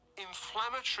inflammatory